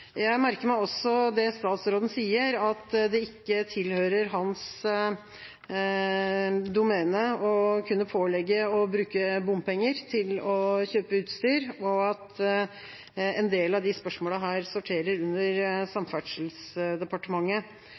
Jeg merker meg også at statsråden sier at det ikke tilhører hans domene å kunne pålegge bruk av bompenger til å kjøpe utstyr, og at en del av disse spørsmålene sorterer under Samferdselsdepartementet.